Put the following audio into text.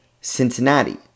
Cincinnati